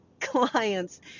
clients